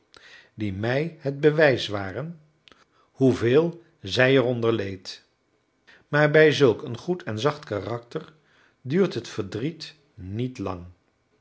die mij het bewijs waren hoeveel zij er onder leed maar bij zulk een goed en zacht karakter duurt het verdriet niet lang